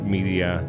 Media